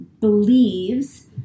believes